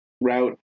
route